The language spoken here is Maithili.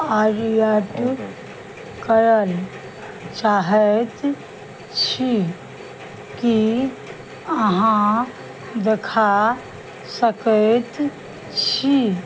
आर्डर करल चाहैत छी की अहाँ देखा सकैत छी